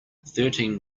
thirteen